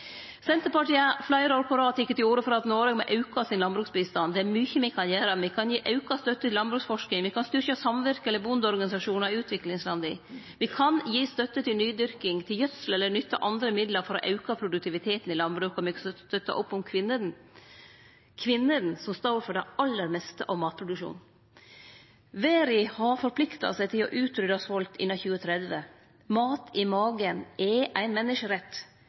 Senterpartiet har fleire år på rad teke til orde for at Noreg må auke landbruksbistanden sin. Det er mykje me kan gjere. Me kan gi auka støtte til landbruksforsking. Me kan styrkje samvirke- eller bondeorganisasjonar i utviklingslanda. Me kan gi støtte til nydyrking, til gjødsel eller nytte andre midlar for å auke produktiviteten i landbruket, og me kan støtte opp om kvinnene, som står for det aller meste av matproduksjonen. Verda har forplikta seg til å utrydde svolt innan 2030. Mat i magen er ein